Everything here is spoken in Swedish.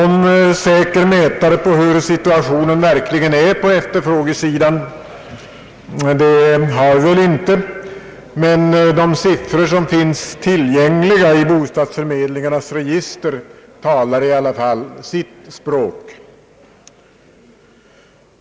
Någon säker mätare på hur bostadssituationen verkligen är på efterfrågesidan har vi inte, men de siffror som finns tillgängliga i bostadsförmedlingarnas register talar sitt tydliga språk.